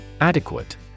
Adequate